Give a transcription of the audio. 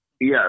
Yes